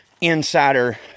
insider